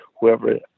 Whoever